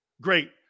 great